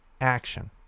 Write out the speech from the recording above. action